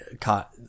caught